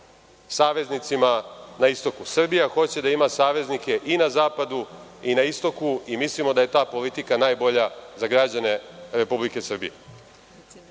saveznicima na istoku. Srbija hoće da ima saveznike i na zapadu i na istoku i mislimo da je ta politika najbolja za građane Republike Srbije. Ono